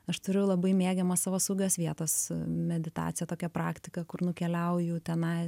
aš turiu labai mėgiamą savo saugios vietos meditaciją tokia praktika kur nukeliauju tenais